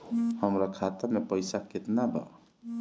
हमरा खाता में पइसा केतना बा?